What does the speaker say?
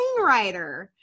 screenwriter